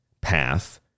path